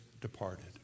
departed